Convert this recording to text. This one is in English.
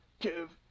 Give